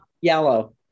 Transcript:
Yellow